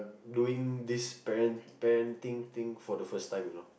doing this parent parenting thing for the first time you know